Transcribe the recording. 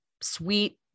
sweet